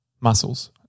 muscles